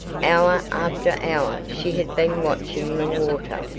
hour after hour she had been watching the water,